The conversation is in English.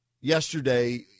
yesterday